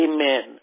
Amen